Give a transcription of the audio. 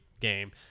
game